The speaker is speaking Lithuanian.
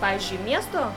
pavyzdžiui miesto